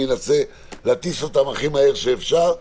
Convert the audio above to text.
אני אנסה להטיס אותן הכי מהר שאפשר.